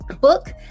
book